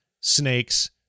snakes